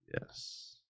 Yes